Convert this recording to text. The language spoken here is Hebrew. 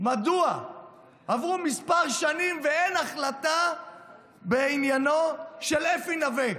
מדוע עברו כמה שנים ואין החלטה בעניינו של אפי נווה.